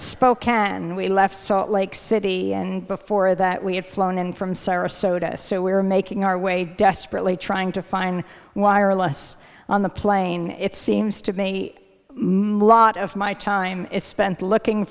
spokane we left salt lake city and before that we had flown in from sarasota so we were making our way desperately trying to fine wireless on the plane it seems to me lot of my time is spent looking